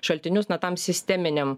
šaltinius na tam sisteminiam